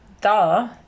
Duh